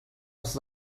els